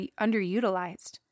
underutilized